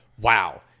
wow